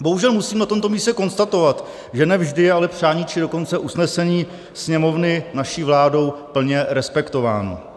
Bohužel musím na tomto místě konstatovat, že ne vždy je ale přání, či dokonce usnesení Sněmovny naší vládou plně respektováno.